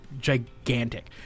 gigantic